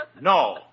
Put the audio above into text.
No